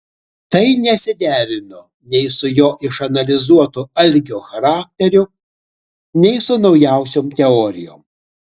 tai nesiderino nei su jo išanalizuotu algio charakteriu nei su naujausiom teorijom